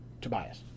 Tobias